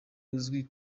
uzwi